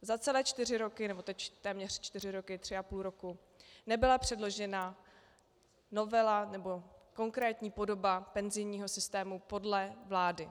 Za celé čtyři roky, nebo teď téměř čtyři roky, tři a půl roku nebyla předložena novela nebo konkrétní podoba penzijního systému podle vlády.